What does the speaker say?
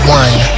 one